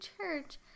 church